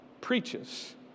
preaches